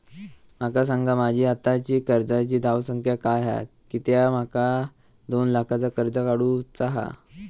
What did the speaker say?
माका सांगा माझी आत्ताची कर्जाची धावसंख्या काय हा कित्या माका दोन लाखाचा कर्ज काढू चा हा?